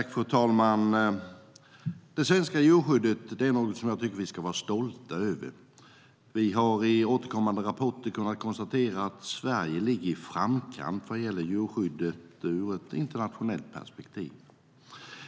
Fru talman! Det svenska djurskyddet är något jag tycker att vi ska vara stolta över. Vi har i återkommande rapporter kunnat konstatera att Sverige ligger i framkant vad gäller djurskyddet i ett internationellt perspektiv.